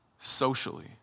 socially